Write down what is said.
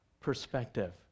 perspective